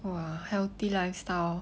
!wah! healthy lifestyle hor